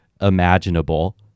imaginable